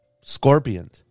Scorpion